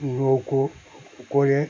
নৌকো করে